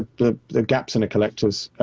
the the gaps in a collectors,